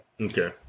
Okay